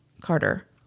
Carter